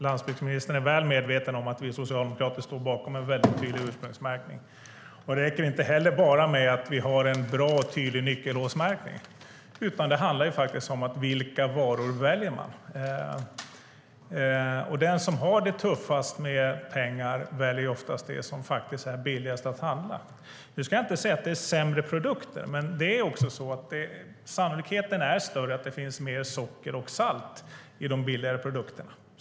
Landsbygdsministern är väl medveten om att vi socialdemokrater står bakom en tydlig ursprungsmärkning. Det räcker inte heller bara med att vi har en bra och tydlig nyckelhålsmärkning, utan det handlar om vilka varor man väljer. Den som har det tuffast med pengar väljer oftast det som är billigast att handla. Nu ska jag inte säga att det är sämre produkter, men sannolikheten är större att det finns mer socker och salt i de billiga produkterna.